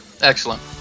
Excellent